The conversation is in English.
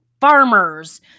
farmers